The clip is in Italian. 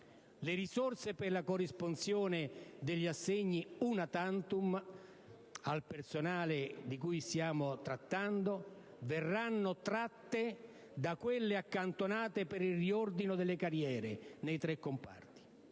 Le risorse per la corresponsione degli assegni *una tantum* al personale di cui stiamo trattando verranno tratte da quelle accantonate per il riordino delle carriere nei tre comparti.